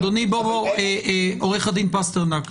עורך הדין פסטרנק,